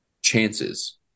chances